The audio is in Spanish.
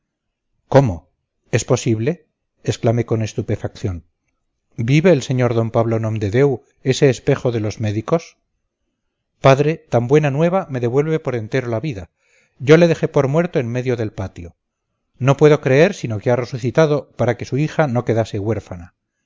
cómo es posible exclamé con estupefacción vive el sr d pablo nomdedeu ese espejo de los médicos padre tan buena nueva me devuelve por entero la vida yo le dejé por muerto en medio del patio no puedo creer sino que ha resucitado para que su hija no quedase huérfana